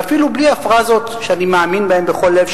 ואפילו בלי הפראזות שאני מאמין בהן בכל לב,